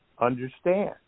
understand